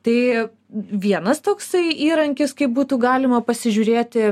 tai vienas toksai įrankis kaip būtų galima pasižiūrėti